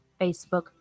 Facebook